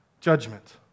judgment